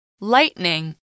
Lightning